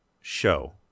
show